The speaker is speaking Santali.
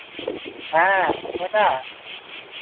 ᱦᱮᱸ ᱚᱠᱚᱭᱴᱟᱜ